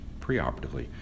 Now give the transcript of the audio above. preoperatively